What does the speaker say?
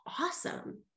awesome